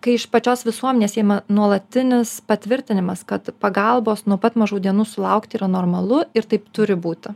kai iš pačios visuomenės nuolatinis patvirtinimas kad pagalbos nuo pat mažų dienų sulaukti yra normalu ir taip turi būti